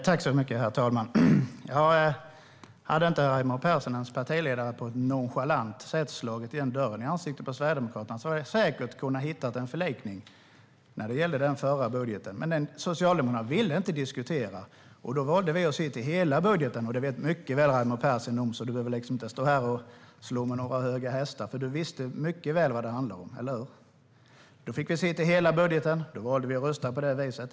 Herr talman! Hade inte Raimo Pärssinens partiledare på ett nonchalant sätt slagit igen dörren i ansiktet på Sverigedemokraterna hade vi säkert kunnat hitta en förlikning om den förra budgeten. Men Socialdemokraterna ville inte diskutera, och då valde vi att se till hela budgeten. Detta vet du mycket väl, Raimo Pärssinen, så du behöver inte sitta på några höga hästar. Du vet mycket väl vad det handlade om, eller hur? Därför fick vi se till hela budgeten och valde att rösta på det viset.